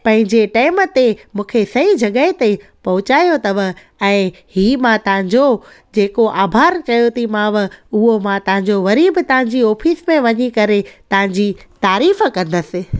पंहिंजे टाइम ते मूंखे सही जॻह ते पहुचायो अथव ऐं ही मां तव्हांजो जेको आभार चयो थी मांव उहो मां तव्हांजो वरी बि तव्हांजी ऑफ़िस में वञी करे तव्हांजी तारीफ़ कंदसि